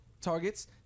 targets